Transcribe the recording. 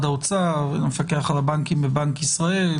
האוצר ולמפקח על הבנקים בבנק ישראל,